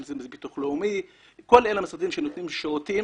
אם זה ביטוח לאומי, כל המשרדים שנותנים שירותים